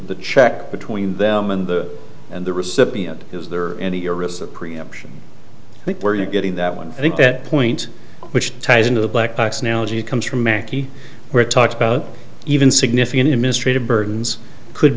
the check between them and the and the recipient is there any arrests that preemption like where you're getting that one i think that point which ties into the black box now gee comes from mackey where it talks about even significant administrative burdens could